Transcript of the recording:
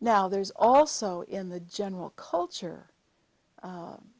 now there's also in the general culture